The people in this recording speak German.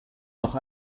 noch